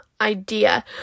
idea